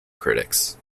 critics